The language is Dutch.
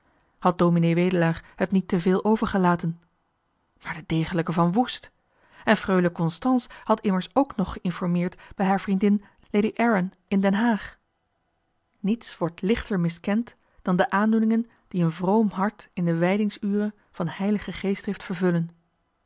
ds wedelaar het niet te veel overgelaten maar de degelijke van woest en freule constance had johan de meester de zonde in het deftige dorp immers ook nog geïnformeerd bij haar vriendin lady arran in den haag niets wordt lichter miskend dan de aandoeningen die een vroom hart in de wijdingsure van heilige geestdrift vervullen